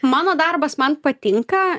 mano darbas man patinka